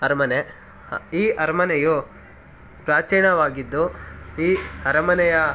ಅರಮನೆ ಈ ಅರಮನೆಯು ಪ್ರಾಚೀನವಾಗಿದ್ದು ಈ ಅರಮನೆಯ